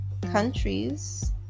countries